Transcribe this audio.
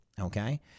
okay